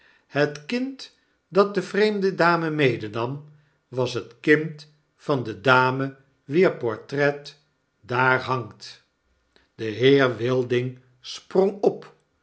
het kind dat de vreemde dame medenam was het kind van de dame wier portret daar hangt de heer wilding sprong op